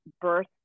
birth